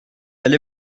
elle